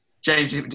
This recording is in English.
James